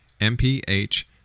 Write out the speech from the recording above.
MPH